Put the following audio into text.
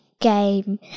game